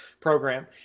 program